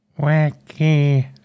wacky